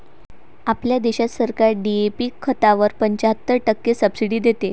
आपल्या देशात सरकार डी.ए.पी खतावर पंच्याहत्तर टक्के सब्सिडी देते